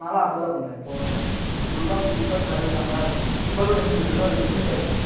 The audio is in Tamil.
நாலாம் அப்படி தான் பண்ணுறேன் இப்போது ஃபுல்லா குடிப்பேன் தம்மலாம் அடிச்சிட்டுருந்தேன் இப்போல்லாம் லிமிட் எல்லாம் லிமிட் ஆகிடுச்சி